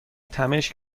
تمشک